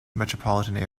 metropolitan